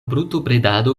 brutobredado